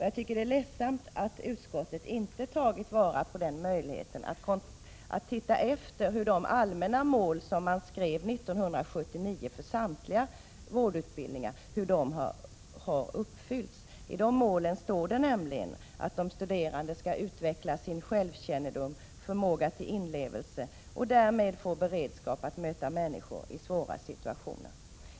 Jag tycker det är ledsamt att utskottet inte tagit vara på möjligheten att se efter hur de allmänna mål som man 1979 fastställde för samtliga vårdutbildningar har uppfyllts. I de målen heter det nämligen att de studerande skall utveckla sin självkännedom och förmåga till inlevelse och därmed få beredskap att möta människor i svåra situationer.